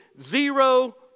zero